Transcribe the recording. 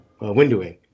Windowing